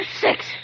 six